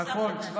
זה נושא נוסף,